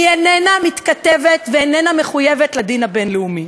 היא איננה מתכתבת ואיננה מחויבת לדין הבין-לאומי.